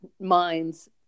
minds